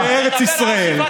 תדבר על שיבת הפליטים.